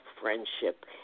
friendship